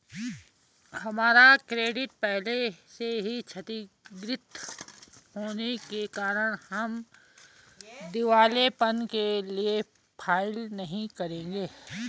हमारा क्रेडिट पहले से ही क्षतिगृत होने के कारण हम दिवालियेपन के लिए फाइल नहीं करेंगे